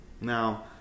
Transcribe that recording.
Now